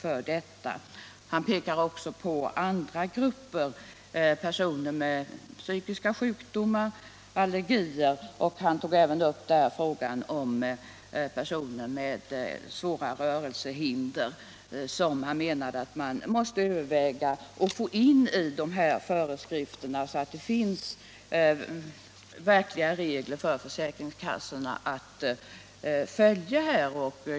Herr Westberg underströk att problemet också gäller personer med psykiska sjukdomar, allergier eller svåra rörelsehandikapp. Man måste därför överväga, menade han, behovet av föreskrifter för att ge försäkringskassorna verkliga regler att följa.